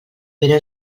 però